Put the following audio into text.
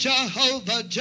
Jehovah